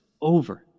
over